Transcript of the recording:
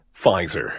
Pfizer